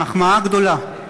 מחמאה גדולה.